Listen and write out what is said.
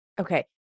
Okay